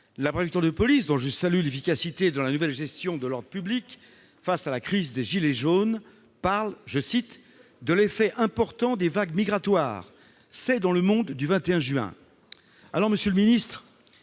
La préfecture de police, dont je salue l'efficacité dans la nouvelle gestion de l'ordre public face à la crise des gilets jaunes, parle de « l'effet important des vagues migratoires »: c'est écrit dans le journal du 21 juin dernier. Monsieur le ministre,